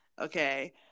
Okay